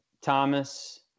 Thomas